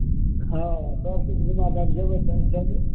हँ सब किछु घुमा देब जेबै तऽ चलू